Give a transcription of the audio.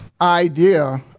idea